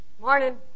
Morning